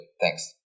Thanks